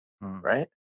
right